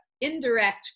indirect